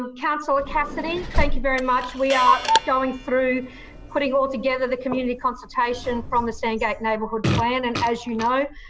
um cassidy, thank you very much. we are going through putting all together the community consultation from the sandgate neighbourhood plan. and as you know,